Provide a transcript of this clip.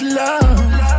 love